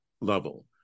level